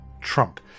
Trump